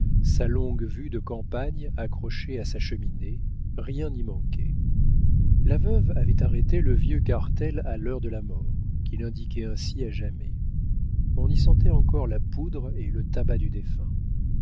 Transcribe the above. sa longue-vue de campagne accrochée à sa cheminée rien n'y manquait la veuve avait arrêté le vieux cartel à l'heure de la mort qu'il indiquait ainsi à jamais on y sentait encore la poudre et le tabac du défunt